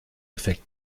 effekt